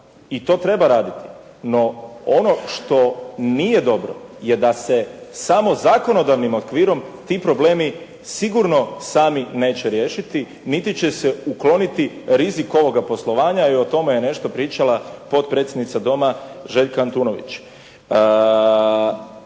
i to treba raditi. No ono što nije dobro je da se samo zakonodavnim okvirom ti problemi sigurno sami neće riješiti niti će se ukloniti rizik ovoga poslovanja i o tome je nešto pričala potpredsjednica doma Željka Antunović.